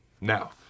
Now